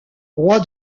roi